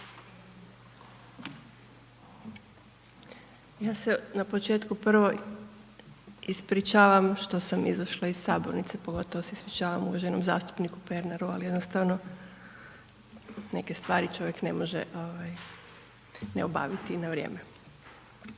Ja se na početku prvo ispričavam što sam izašla iz Sabornice, pogotovo se ispričavam uvaženom zastupniku Pernaru, ali jednostavno neke stvari čovjek ne može ne obaviti na vrijeme.